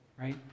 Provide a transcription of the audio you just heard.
Right